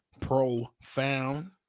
profound